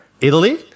Italy